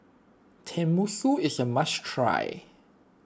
Tenmusu is a must try